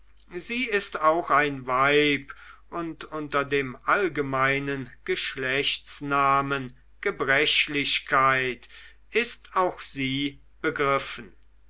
sie ist auch ein weib und unter dem allgemeinen geschlechtsnamen gebrechlichkeit ist auch sie begriffen